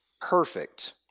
perfect